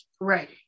right